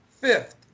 fifth